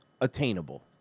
attainable